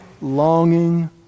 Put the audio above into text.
longing